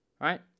right